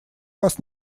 вас